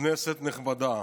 כנסת נכבדה,